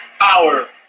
power